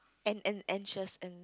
an an anxious and